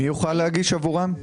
מי יוכל להגיש עבורם?